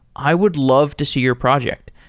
i would love to see your project.